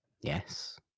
Yes